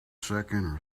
second